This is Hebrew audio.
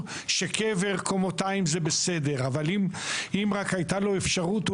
אין היום אפשרות.